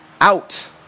out